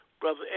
Brother